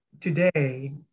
today